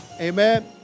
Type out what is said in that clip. amen